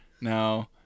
No